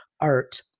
art